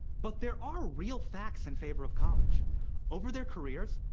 but there are real facts in favor of college over their careers,